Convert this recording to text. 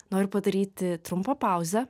noriu padaryti trumpą pauzę